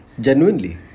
Genuinely